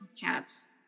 cat's